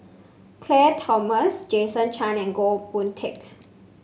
Claire Tham Jason Chan and Goh Boon Teck